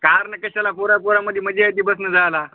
car न कशाला पोरापोरामध्ये मजा येते बसनी जायाला